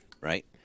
right